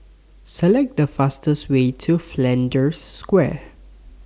Select The fastest Way to Flanders Square